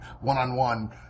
one-on-one